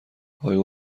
آیا